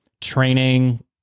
training